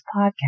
podcast